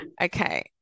Okay